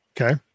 Okay